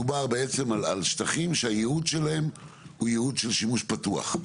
בעצם מדובר על שטחים שהייעוד שלהם הוא ייעוד של שימוש פתוח.